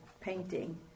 painting